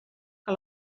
que